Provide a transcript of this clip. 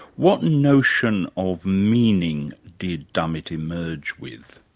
what notion of meaning did dummett emerge with?